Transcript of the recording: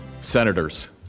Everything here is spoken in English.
Senators